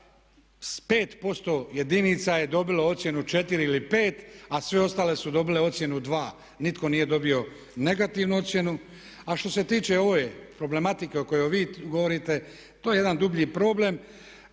svega s 5% jedinica je dobilo ocjenu 4 ili 5 a sve ostale su dobile ocjenu 2 nitko nije dobio negativnu ocjenu. A što se tiče ove problematike o kojoj vi govorite, to je jedan dublji problem